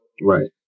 Right